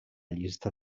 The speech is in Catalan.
llista